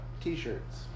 T-shirts